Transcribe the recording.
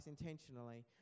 intentionally